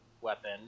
weapon